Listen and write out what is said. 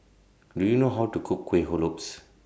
Do YOU know How to Cook Kuih Lopes